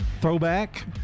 throwback